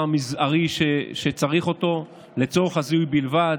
המזערי שצריך אותו ולצורך זיהוי בלבד.